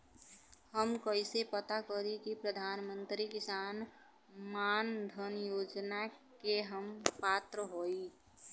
हम कइसे पता करी कि प्रधान मंत्री किसान मानधन योजना के हम पात्र हई?